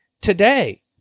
today